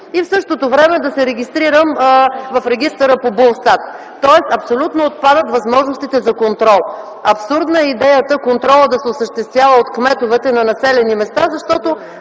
и в същото време да се регистрирам в регистъра по БУЛСТАТ. Следователно абсолютно отпадат възможностите за контрол. Абсурдна е идеята контролът да се осъществява от кметовете на населени места, защото